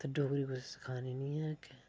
ते डोगरी कुसै सखानी निं ऐ अग्गें